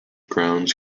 grounds